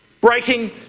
breaking